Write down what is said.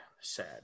Sad